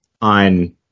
on